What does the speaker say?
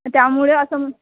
त्यामुळे असं